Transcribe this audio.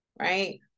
Right